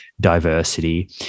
diversity